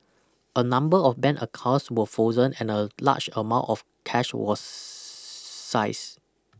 a number of ban accounts were frozen and a large amount of cash was size